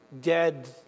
dead